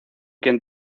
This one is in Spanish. quien